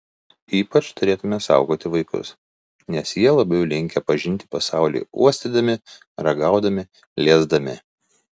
ypač turėtumėme saugoti vaikus nes jie labiau linkę pažinti pasaulį uostydami ragaudami liesdami